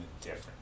different